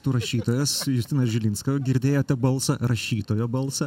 tu rašytojas justino žilinsko girdėjote balsą rašytojo balsą